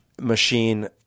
machine